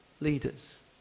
leaders